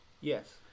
Yes